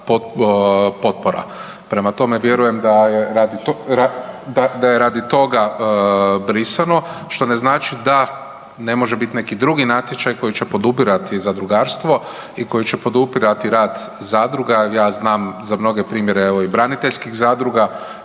potpora. Prema tome, vjerujem da je radi toga brisano, što ne znači da ne može biti neki drugi natječaj koji će podupirati zadrugarstvo i koji će podupirati rad zadruga jer ja znam za mnoge primjere, evo i braniteljskih zdruga